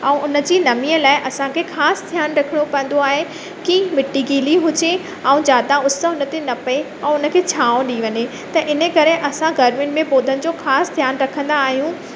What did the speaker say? ऐं उन जी नमीअ लाइ असांखे ख़ासि ध्यानु रखिणो पवंदो आहे की मिटी घिली हुजे ऐं ज्यादा उस उन ते न पए ऐं उन खे छांव ॾेई वञे त इन करे असां गर्मियुनि में पौधनि जो ख़ासि ध्यानु रखंदा आहियूं